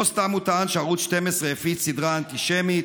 לא סתם הוא טען שערוץ 12 הפיץ סדרה אנטישמית,